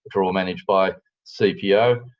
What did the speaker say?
which are all managed by cpo.